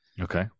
Okay